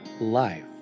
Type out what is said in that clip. life